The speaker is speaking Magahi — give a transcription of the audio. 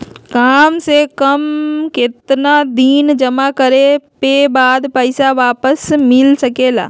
काम से कम केतना दिन जमा करें बे बाद पैसा वापस मिल सकेला?